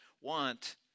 want